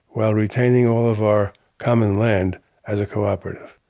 while retaining all of our common land as a cooperative,